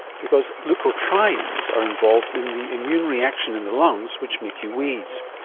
because leukotrienes are involved in the immune reaction in the lungs which make you wheeze.